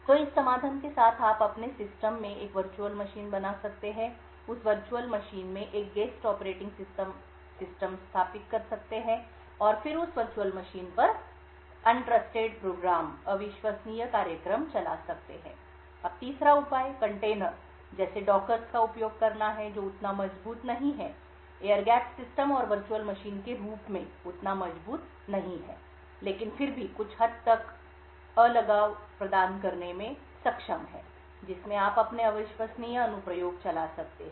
तो इस समाधान के साथ आप अपने सिस्टम में एक वर्चुअल मशीन बना सकते हैं उस वर्चुअल मशीन में एक गेस्ट ऑपरेटिंग सिस्टम स्थापित कर सकते हैं और फिर उस वर्चुअल मशीन पर अविश्वसनीय प्रोग्राम चला सकते हैं अब तीसरा उपाय कंटेनर जैसे डॉकर्स का उपयोग करना है जो उतना मजबूत नहीं है एयर गैप्ड सिस्टम और वर्चुअल मशीन के रूप में लेकिन फिर भी कुछ हद तक अलगाव प्रदान करने में सक्षम है जिसमें आप अपने अविश्वसनीय अनुप्रयोग चला सकते हैं